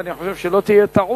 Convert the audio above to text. ואני לא חושב שתהיה טעות.